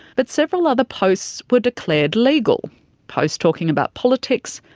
but several other posts were declared legal posts talking about politics,